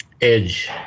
Edge